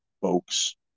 folks